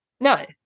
No